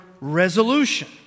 resolution